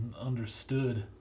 understood